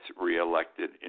reelected